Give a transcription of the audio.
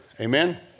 Amen